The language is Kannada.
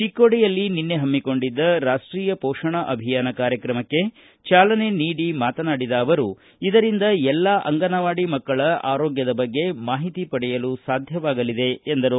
ಚಿಕ್ಕೋಡಿಯಲ್ಲಿ ನಿನ್ನೆ ಹಮ್ಮಿಕೊಂಡಿದ್ದ ರಾಷ್ಷೀಯ ಪೋಷಣ ಅಭಿಯಾನ ಕಾರ್ಯಕ್ರಮಕ್ಕೆ ಚಾಲನೆ ನೀಡಿ ಮಾತನಾಡಿದ ಅವರು ಇದರಿಂದ ಎಲ್ಲಾ ಅಂಗನವಾಡಿ ಮಕ್ಕಳ ಆರೋಗ್ಗದ ಬಗ್ಗೆ ಮಾಹಿತಿ ಪಡೆಯಲು ಸಾಧ್ಯವಾಗಲಿದೆ ಎಂದರು